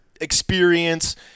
experience